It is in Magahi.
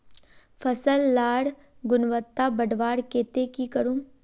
फसल लार गुणवत्ता बढ़वार केते की करूम?